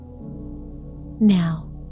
Now